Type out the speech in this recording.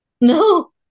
No